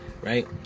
right